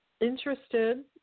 interested